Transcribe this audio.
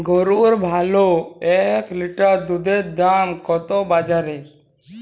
গরুর ভালো এক লিটার দুধের দাম কত বাজারে?